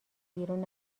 بیرون